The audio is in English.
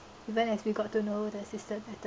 even as we got to know the sister better